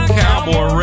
cowboy